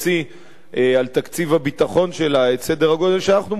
בתקציב הביטחון שלה את סדר הגודל שאנחנו מוציאים,